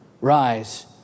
Rise